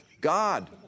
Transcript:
God